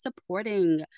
supporting